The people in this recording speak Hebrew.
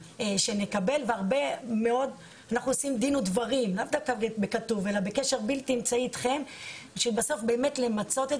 אנחנו עושים דין ודברים בקשר בלתי אמצעי אתכם כדי למצות את